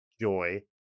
joy